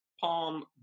palm